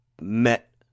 Met